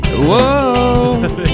Whoa